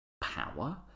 power